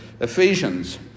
Ephesians